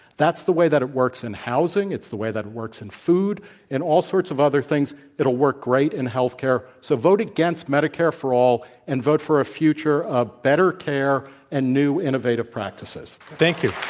that's the way that it works in housing. it's the way that it works in food and all sorts of other things. it'll work great in healthcare. so, vote against medicare for all and vote for a future of better care and new innovative practices. thank you